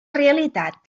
realitat